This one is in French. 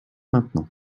maintenant